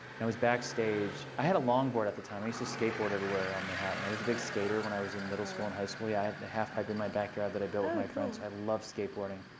and i was backstage. i had a long board at the time. i used to skateboard everywhere around manhattan. i was a big skater when i was in middle school and high school. yeah i had the half pipe in my backyard that i built with my friends. i loved skateboarding.